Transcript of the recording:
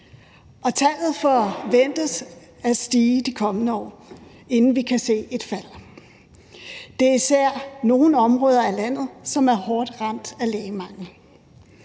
tallet forventes at stige de kommende år, inden vi kan se et fald. Det er især nogle områder af landet, som er hårdt ramt af lægemangel.